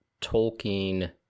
Tolkien